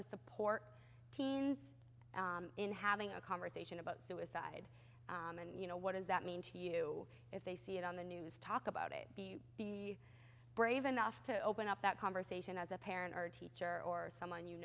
to support teams in having a conversation about suicide and you know what does that mean to you if they see it on the news talk about it be brave enough to open up that conversation as a parent or teacher or someone you